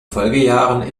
folgejahren